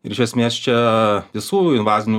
ir iš esmės čia visų invazinių